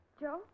Joe